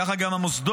וככה גם המוסדות,